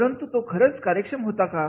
परंतु तो खरंच कार्यक्षम होता का